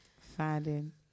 finding